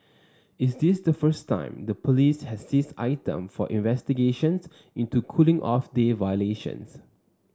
is this the first time the police has seized item for investigations into cooling off day violations